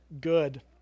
good